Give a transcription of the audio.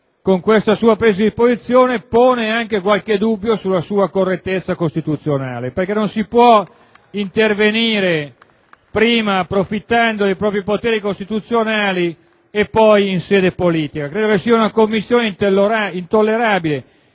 con questa sua presa di posizione pone anche qualche dubbio sulla sua correttezza istituzionale. Infatti, non si può intervenire prima approfittando dei propri poteri costituzionali e poi in sede politica. E' una commistione intollerabile.